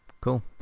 Cool